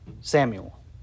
Samuel